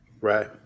Right